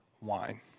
wine